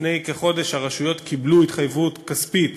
לפני כחודש הרשויות קיבלו התחייבות כספית